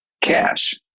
cash